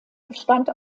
bestand